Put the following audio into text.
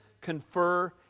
confer